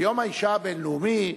ביום האשה הבין-לאומי,